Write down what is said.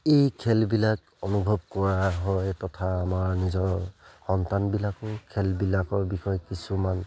এই খেলবিলাক অনুভৱ কৰা হয় তথা আমাৰ নিজৰ সন্তানবিলাকো খেলবিলাকৰ বিষয়ে কিছুমান